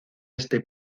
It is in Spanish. este